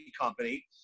company